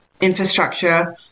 infrastructure